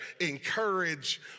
encourage